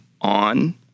on